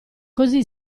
così